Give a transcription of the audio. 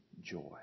joy